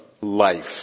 life